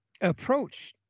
approach